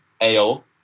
ale